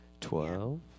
Twelve